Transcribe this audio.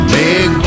big